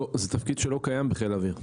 לא, זה תפקיד שלא קיים בכלל בחיל האוויר בגדול.